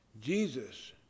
Jesus